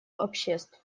обществ